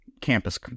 campus